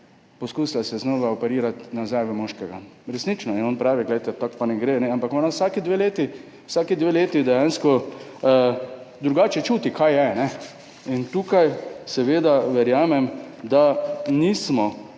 poskusila znova operirati nazaj v moškega. Resnično. On pravi, glejte, tako pa ne gre, ampak ona vsaki dve leti dejansko drugače čuti, kaj je. Tukaj seveda verjamem, da nismo